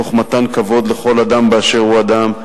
תוך מתן כבוד לכל אדם באשר הוא אדם,